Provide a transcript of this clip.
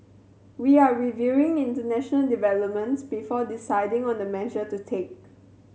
we are reviewing international developments before deciding on the measure to take